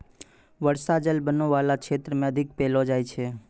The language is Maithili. बर्षा जल बनो बाला क्षेत्र म अधिक पैलो जाय छै